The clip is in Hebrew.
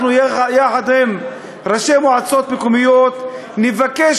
אנחנו יחד עם ראשי מועצות מקומיות נבקש